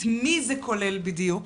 את מי זה כולל בדיוק?